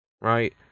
right